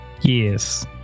Yes